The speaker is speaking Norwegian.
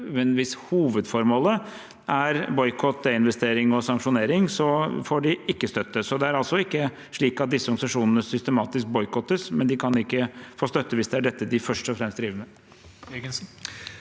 hvis hovedformålet er boikott, desinvestering og sanksjonering, får de ikke støtte. Det er altså ikke slik at disse organisasjonene systematisk boikottes, men de kan ikke få støtte hvis det er dette de først og fremst driver